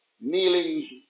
kneeling